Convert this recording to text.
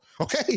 Okay